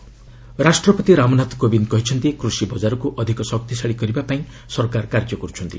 ପ୍ରେକ୍ ଆଗ୍ରୋଟେକ୍ ରାଷ୍ଟ୍ରପତି ରାମନାଥ କୋବିନ୍ଦ କହିଛନ୍ତି' କୃଷି ବଜାରକୁ ଅଧିକ ଶକ୍ତିଶାଳୀ କରିବା ପାଇଁ ସରକାର କାର୍ଯ୍ୟ କରୁଛନ୍ତି